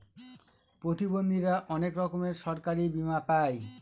প্রতিবন্ধীরা অনেক রকমের সরকারি বীমা পাই